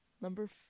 Number